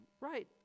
right